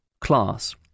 class